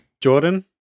Jordan